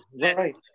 right